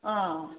ꯑꯥ